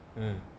ya